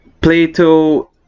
Plato